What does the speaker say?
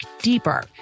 deeper